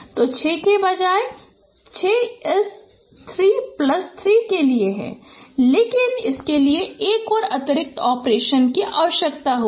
तो 6 के बजाय 6 इस 3 प्लस 3 के लिए है लेकिन इसके लिए एक और अतिरिक्त ऑपरेशन की आवश्यकता होगी